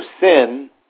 sin